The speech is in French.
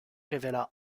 révéla